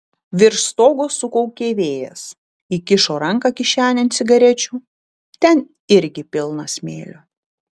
virš stogo sukaukė vėjas įkišo ranką kišenėn cigarečių ten irgi pilna smėlio